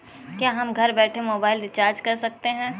क्या हम घर बैठे मोबाइल रिचार्ज कर सकते हैं?